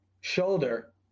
shoulder